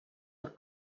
are